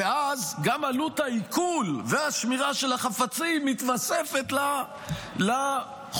ואז גם עלות העיקול והשמירה של החפצים מתווספת לחוב,